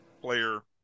player